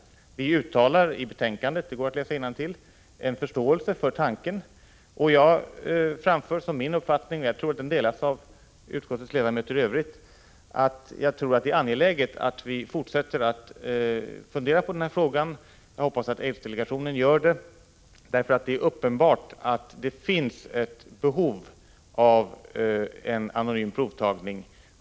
Vi uttalar i betänkandet — det går att läsa innantill — förståelse för tanken på anonym provtagning, och jag framför som min uppfattnig, som jag tror delas av utskottets ledamöter i övrigt, att det är angeläget att vi fortsätter att fundera på den frågan. Jag hoppas att aidsdelegationen gör det, eftersom det är uppenbart att det finns ett behov av en anonym provtagning.